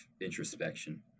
introspection